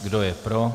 Kdo je pro?